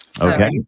okay